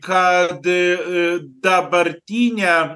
kad į dabartinę